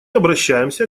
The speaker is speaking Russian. обращаемся